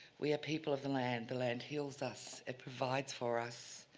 we are people of the land, the land heals us and provides for us.